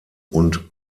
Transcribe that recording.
und